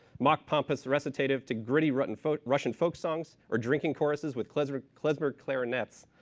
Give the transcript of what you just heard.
mock pompous recitative to gritty russian folk russian folk songs, or drinking corson's with klezmer klezmer clarinets.